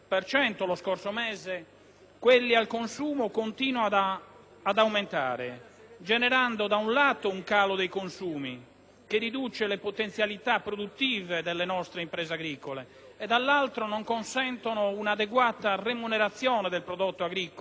quelli al consumo continuano ad aumentare generando, da un lato, un calo dei consumi, che riduce le potenzialità produttive delle nostre imprese agricole e, dall'altro, non consentono un'adeguata remunerazione del prodotto agricolo, che in molti casi